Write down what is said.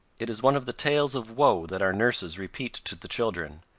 it is one of the tales of woe that our nurses repeat to the children,